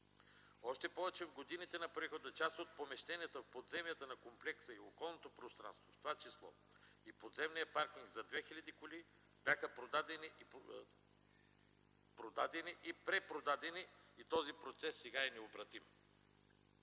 Още повече, в годините на прехода част от помещенията в подземията на комплекса и околното пространство, в това число и подземният паркинг за 2000 коли, бяха продадени и препродадени и този процес сега е необратим.